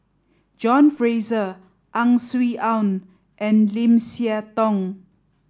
John Fraser Ang Swee Aun and Lim Siah Tong